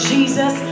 Jesus